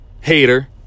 hater